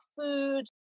food